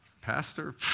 Pastor